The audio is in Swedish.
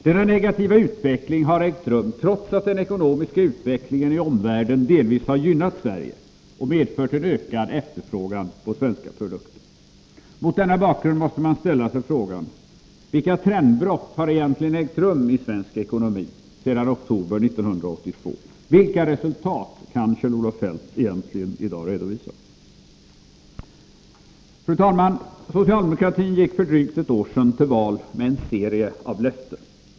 Denna negativa utveckling har ägt rum trots att den ekonomiska utvecklingen i omvärlden delvis har gynnat Sverige och medfört en ökad efterfrågan på svenska produkter. Mot denna bakgrund måste man ställa sig frågan: Vilka trendbrott har egentligen ägt rum i svensk ekonomi sedan oktober 1982? Vilka resultat kan Kjell-Olof Feldt egentligen i dag redovisa? Fru talman! Socialdemokratin gick för drygt ett år sedan till val med en serie av löften.